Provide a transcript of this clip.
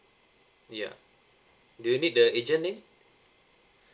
ya do you need the agent name